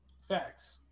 Facts